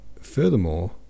furthermore